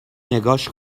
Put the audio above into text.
نگاش